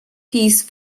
piece